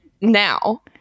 now